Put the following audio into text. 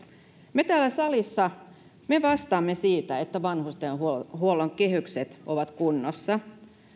me täällä salissa me vastaamme siitä että vanhustenhuollon kehykset ovat kunnossa